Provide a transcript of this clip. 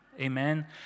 amen